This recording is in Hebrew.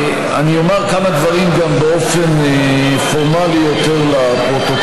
אני אומר כמה דברים גם באופן פורמלי יותר לפרוטוקול.